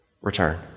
Return